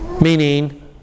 meaning